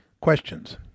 Questions